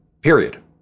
Period